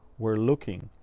we're looking,